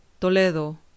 Toledo